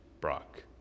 Brock